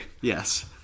Yes